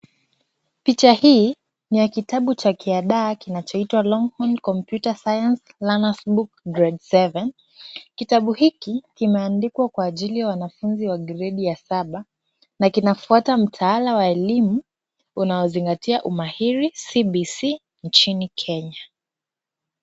Picha hii ni ya kitabu cha kiadaa kinachoitwa Longhorn Computer Science learner's book Grade 7 . Kitabu hiki kimeandikwa kwa ajili ya wanafunzi wa gredi ya saba na kinafuata mtaala wa elimu unaozingatia umahiri CBC nchini Kenya.